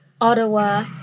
Ottawa